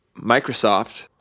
Microsoft